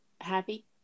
happy